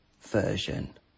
version